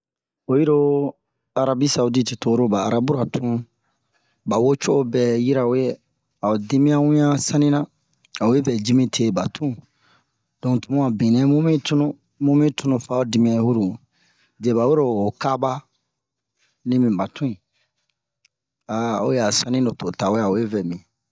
Oyi ro arabisaodite to oro ba arabura tun ba wo co'o bɛ yirawe a ho dimiyan wian sanina a we vɛ ji mite ba tun don mu a benɛ mu mi cunu mu mi tunu fa ho dimiyan yi uru mu diyɛ ba wero ho kaba ni mi ba tun oyi a saniro to o tawe a we vɛ mi